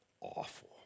awful